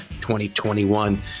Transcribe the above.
2021